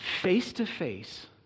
face-to-face